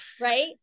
Right